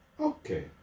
Okay